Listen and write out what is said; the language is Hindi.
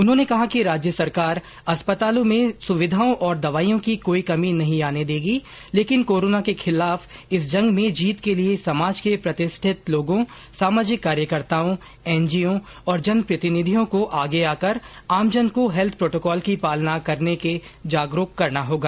उन्होंने कहा कि राज्य सरकार अस्पतालों में सुविधाओं और दवाईयों की कोई कमी नहीं आने देगी लेकिन कोरोना के खिलाफ इस जंग में जीत के लिए समाज के प्रतिष्ठित लोगों सामाजिक कार्यकर्ताओं एनजीओ और जनप्रतिनिधियों को आगे आकर आमजन को हेल्थ प्रोटोकॉल की पालना करने के लिए जागरूक करना होगा